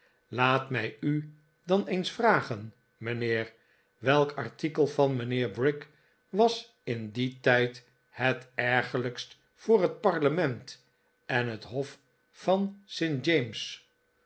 laat mij u dan eens vragen f mijnheer welk artikel van mijnheer brick was in dien tijd het ergerlijkste voor het parlement en het hof van st james